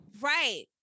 Right